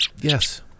yes